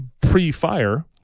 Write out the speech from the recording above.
pre-fire